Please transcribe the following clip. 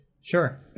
Sure